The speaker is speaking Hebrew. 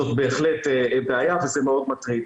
זאת בהחלט בעיה וזה מאוד מטריד.